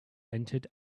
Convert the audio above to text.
entered